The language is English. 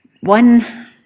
one